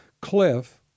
cliff